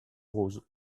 rose